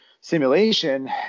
simulation